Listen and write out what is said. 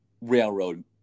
railroad